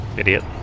idiot